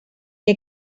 que